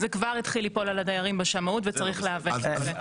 זה כבר התחיל ליפול על הדיירים בשמאות וצריך להיאבק בזה.